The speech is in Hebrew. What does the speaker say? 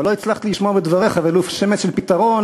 אבל לא הצלחתי לשמוע בדבריך ולו שמץ של פתרון,